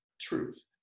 truth